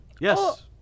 Yes